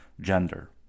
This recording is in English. gender